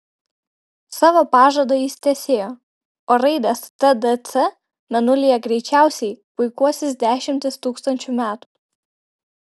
savo pažadą jis tęsėjo o raidės tdc mėnulyje greičiausiai puikuosis dešimtis tūkstančių metų